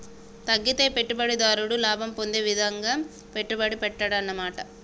తగ్గితే పెట్టుబడిదారుడు లాభం పొందే విధంగా పెట్టుబడి పెట్టాడన్నమాట